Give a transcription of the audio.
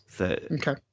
Okay